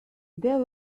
there